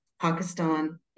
Pakistan